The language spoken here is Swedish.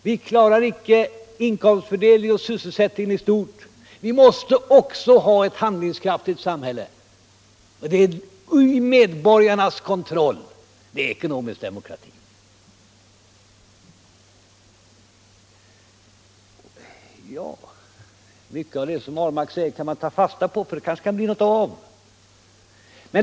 Vi klarar icke inkomstfördelningen och sysselsättningen i stort. Vi måste också ha ett handlingskraftigt samhälle, under medborgarnas kontroll. Det är ekonomisk demokrati. Mycket av det herr Ahlmark säger kan man ta fasta på — det kanske kan bli något av det.